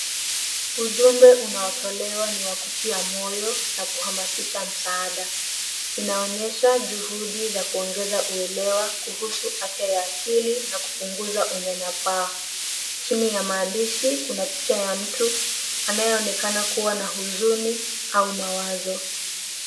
Ujumbe unaotolewa ni wa kutia moyo na kuhamasisha msaada. Inaonyesha juhudi za kuongeza uwelewa, kuhusu afya ya akili, na kupunguza unyanya paa. Chini ya maandishi, kuna picha ya mtu, anayeonekana kuwa na huzuni au mawazo.